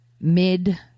mid